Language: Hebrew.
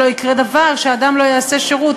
ולא יקרה דבר כשאדם לא יעשה שירות,